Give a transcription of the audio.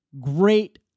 great